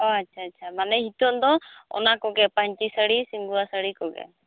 ᱚ ᱟᱪᱪᱷᱟ ᱟᱪᱪᱷᱟ ᱵᱚᱞᱮ ᱱᱤᱛᱳᱜ ᱫᱚ ᱚᱱᱟ ᱠᱚᱜᱮ ᱯᱟᱹᱧᱪᱤ ᱥᱟᱹᱲᱤ ᱥᱤᱝᱜᱩᱭᱟᱹ ᱥᱟᱹᱲᱤ ᱠᱚᱜᱮ